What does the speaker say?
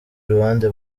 ruhande